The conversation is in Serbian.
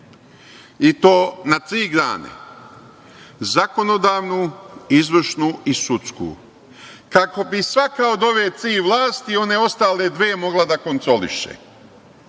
i to na tri grane, zakonodavnu, izvršnu i sudsku. Kako bi svaka od ove tri vlasti one dve mogla da kontroliše.